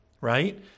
right